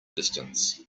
distance